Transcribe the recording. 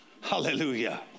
hallelujah